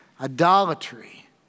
Idolatry